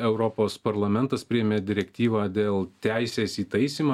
europos parlamentas priėmė direktyvą dėl teisės įtaisymą